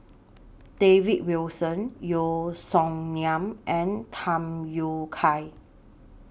David Wilson Yeo Song Nian and Tham Yui Kai